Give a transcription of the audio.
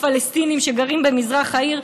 הפלסטינים שגרים במזרח העיר,